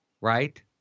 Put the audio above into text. right